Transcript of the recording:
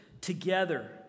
together